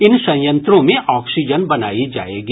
इन संयंत्रों में ऑक्सीजन बनायी जायेगी